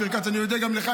אני אודה גם לך,